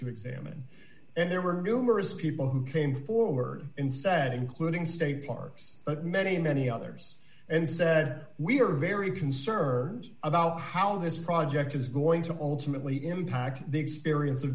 to examine and there were numerous people who came forward and said including state parks but many many others and said we are very concerned about how this project is going to ultimately impact the experience of